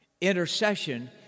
Intercession